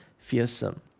Fearsome